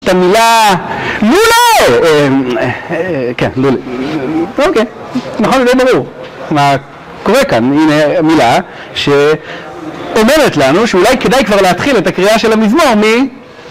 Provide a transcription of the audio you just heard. המילה לולו, כן לולו, נכון זה ברור מה קורה כאן, הנה המילה שאומרת לנו שאולי כדאי כבר להתחיל את הקריאה של המזמור מ